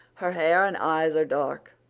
her hair and eyes are dark,